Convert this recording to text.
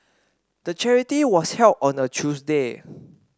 the charity was held on a Tuesday